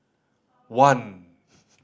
one